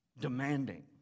demanding